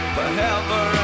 Forever